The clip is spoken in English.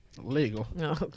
legal